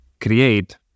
create